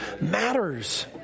matters